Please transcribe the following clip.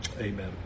Amen